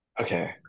okay